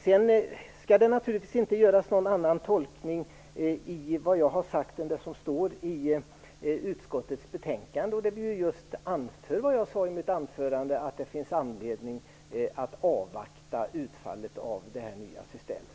Det skall naturligtvis inte göras någon annan tolkning av vad jag har sagt än det som står i utskottets betänkande, där vi anför precis det jag sade: Det finns anledning att avvakta utfallet av det nya systemet.